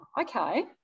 okay